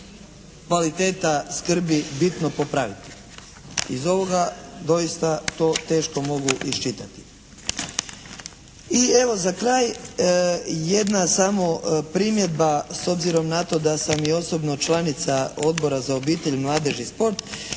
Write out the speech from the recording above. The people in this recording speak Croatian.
kvaliteta skrbi bitno popraviti? Iz ovoga doista to teško mogu iščitati. I evo za kraj jedna samo primjedba s obzirom da sam i osobno članica Odbora za obitelj, mladež i sport,